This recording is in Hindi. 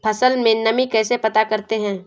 फसल में नमी कैसे पता करते हैं?